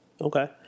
Okay